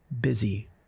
busy